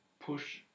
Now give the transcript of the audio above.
push